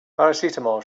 paracetamol